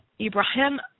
Ibrahim